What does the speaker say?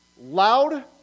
loud